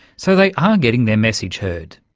so they are getting their message heard.